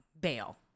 bail